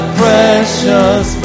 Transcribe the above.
precious